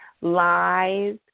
lies